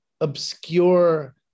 obscure